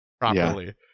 properly